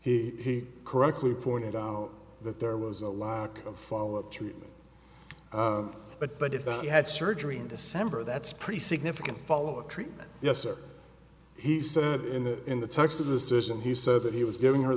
he correctly pointed out that there was a lock of follow up treatment but but if he had surgery in december that's pretty significant follow up treatment yes or he said in the in the text of this decision he said that he was giving her